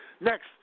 next